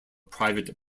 private